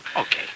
Okay